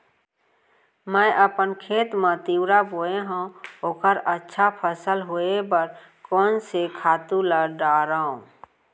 मैं अपन खेत मा तिंवरा बोये हव ओखर अच्छा फसल होये बर कोन से खातू ला डारव?